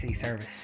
service